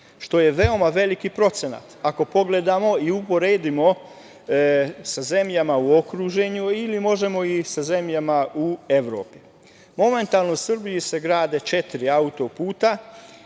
što je veoma veliki procenat ako pogledamo i upredimo sa zemljama u okruženju ili možemo i sa zemljama u Evropi. Momentalno u Srbiji se grade četiri auto-puta